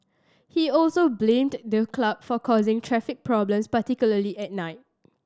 he also blamed the club for causing traffic problems particularly at night